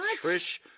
Trish